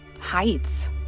heights